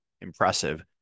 impressive